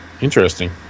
Interesting